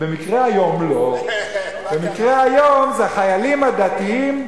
במקרה היום לא, במקרה היום זה החיילים הדתיים,